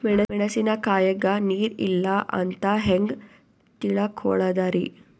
ಮೆಣಸಿನಕಾಯಗ ನೀರ್ ಇಲ್ಲ ಅಂತ ಹೆಂಗ್ ತಿಳಕೋಳದರಿ?